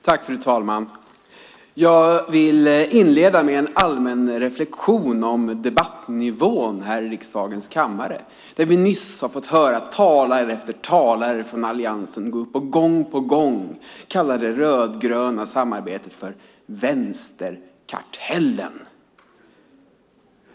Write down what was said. Fru talman! Jag vill inleda med en allmän reflexion om debattnivån här i riksdagens kammare. Vi har nyss fått höra talare efter talare från Alliansen kalla det rödgröna samarbetet för vänsterkartellen.